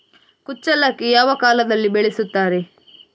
ಕುಚ್ಚಲಕ್ಕಿ ಯಾವ ಕಾಲದಲ್ಲಿ ಬೆಳೆಸುತ್ತಾರೆ?